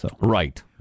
Right